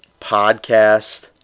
podcast